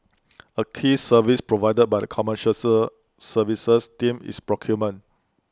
A key service provided by the commercial sir services team is procurement